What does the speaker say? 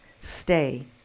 stay